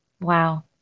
Wow